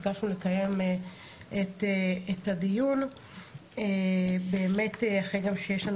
ביקשנו לקיים את הדיון אחרי שיש לנו